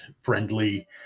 friendly